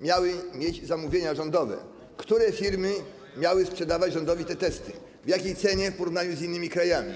miały mieć zamówienia rządowe, które firmy miały sprzedawać rządowi te testy, w jakiej cenie, w porównaniu z innymi krajami.